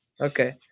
Okay